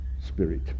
spirit